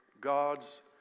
God's